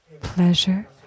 pleasure